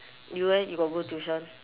you eh you got go tuition